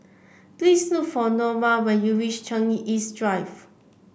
please look for Naoma when you reach Changi East Drive